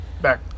back